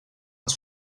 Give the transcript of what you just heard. ens